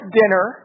dinner